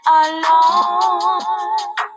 alone